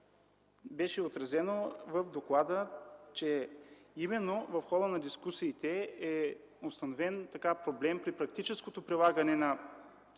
беше отразено, че именно в хода на дискусиите е установен проблем при практическото прилагане на